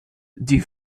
die